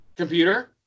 Computer